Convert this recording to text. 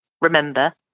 remember